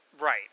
Right